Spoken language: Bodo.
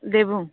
दे बुं